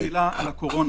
לגבי הקורונה,